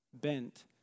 bent